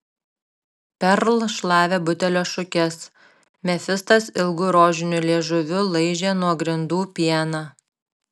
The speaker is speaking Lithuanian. perl šlavė butelio šukes mefistas ilgu rožiniu liežuviu laižė nuo grindų pieną